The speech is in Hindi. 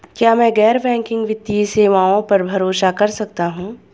क्या मैं गैर बैंकिंग वित्तीय सेवाओं पर भरोसा कर सकता हूं?